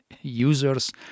users